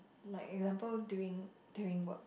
like example during doing work